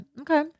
okay